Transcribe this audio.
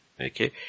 Okay